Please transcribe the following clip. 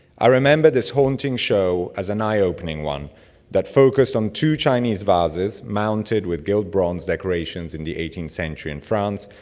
i remember this haunting show as an eye-opening one that focused on two chinese vases mounted with gilt bronze decorations in the eighteenth century in france,